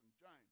James